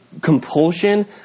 compulsion